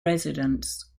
residents